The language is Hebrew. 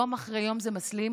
יום אחרי יום זה מסלים.